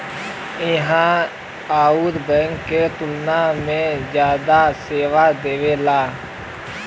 यह अउर बैंक के तुलना में जादा सेवा देवेला